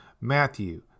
Matthew